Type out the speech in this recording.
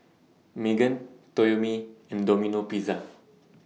Megan Toyomi and Domino Pizza